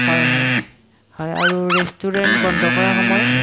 হয় হয় হয় আৰু ৰেষ্টুৰেণ্ট বন্ধ কৰা সময়